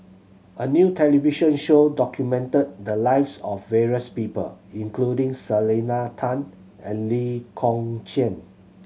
a new television show documented the lives of various people including Selena Tan and Lee Kong Chian